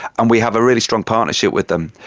and we have a really strong partnership with them.